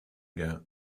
get